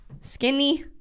Skinny